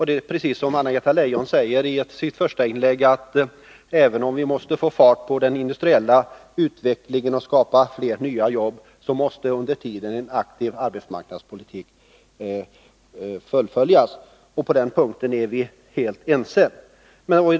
Det är precis som Anna-Greta Leijon sade i sitt första inlägg, att även om vi måste få fart på den industriella utvecklingen och skapa fler nya jobb, så måste under tiden en aktiv arbetsmarknadspolitik fullföljas. På den punkten är vi alltså helt ense.